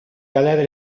galera